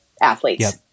athletes